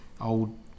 Old